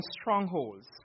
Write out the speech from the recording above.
strongholds